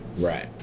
Right